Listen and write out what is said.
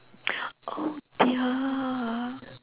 oh dear